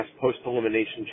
Post-Elimination